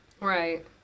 right